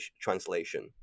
translation